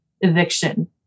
eviction